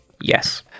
Yes